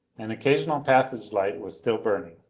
an occasional passage light was still burning.